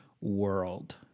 world